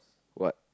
what